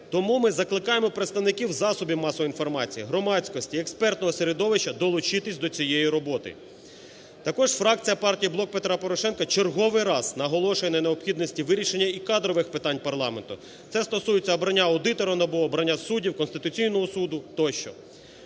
Тому ми закликаємо представників засобів масової інформації, громадськості, експертного середовища долучитися до цієї роботи. Також фракція партії "Блок Петра Порошенка" черговий раз наголошує на необхідності вирішення і кадрових питань парламенту. Це стосується обрання аудитору НАБУ, обрання суддів, Конституційного Суду тощо.